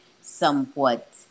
somewhat